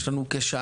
יש לנו כשעתיים,